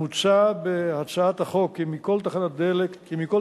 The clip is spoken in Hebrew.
מוצע בהצעת החוק כי מכל תחנת תדלוק